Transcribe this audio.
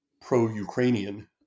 pro-Ukrainian